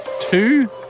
Two